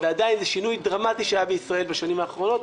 ועדיין זה שינוי דרמטי שהיה בישראל בשנים האחרונות.